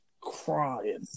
Crying